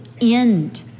end